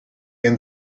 and